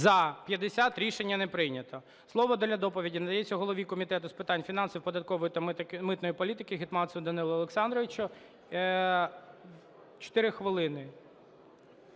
За-50 Рішення не прийнято. Слово для доповіді надається голові Комітету з питань фінансів, податкової та митної політики Гетманцеву Данилу Олександровичу – 4 хвилини.